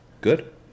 Good